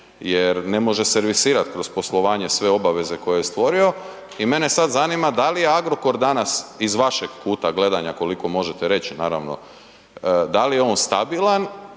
jer ne može servisirat kroz poslovanje sve obaveze koje je stvorio i mene sad zanima da li je Agrokor danas iz vašeg kuta gledanja koliko možete reć naravno da li je on stabilan